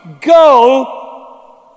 Go